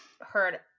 heard